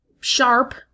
sharp